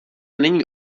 není